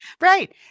Right